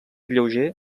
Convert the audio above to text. lleuger